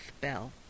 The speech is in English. bell